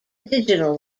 digital